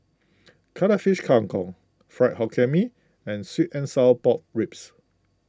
Cuttlefish Kang Kong Fried Hokkien Mee and Sweet and Sour Pork Ribs